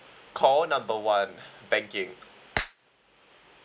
call number one banking